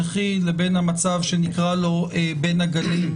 בין המצב הנוכחי לבין המצב שנקרא לו "בין הגלים"